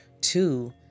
two